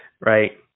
Right